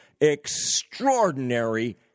extraordinary